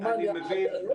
מבין,